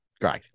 Great